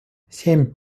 семь